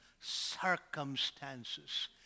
circumstances